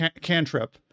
cantrip